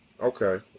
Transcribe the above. Okay